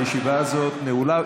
הישיבה הזאת נעולה,